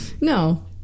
No